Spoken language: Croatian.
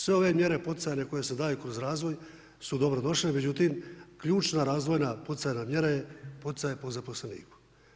Sve ove mjere poticajne koje se daju kroz razvoj su dobro došle, međutim, ključna razvojna poticajna mjera je poticaj po zaposleniku.